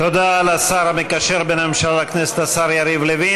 תודה לשר המקשר בין הממשלה לכנסת, השר יריב לוין.